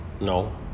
No